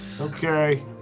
Okay